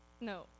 no